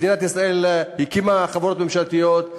מדינת ישראל הקימה חברות ממשלתיות,